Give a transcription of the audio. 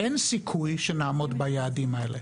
אין סיכוי שנעמוד ביעדים האלה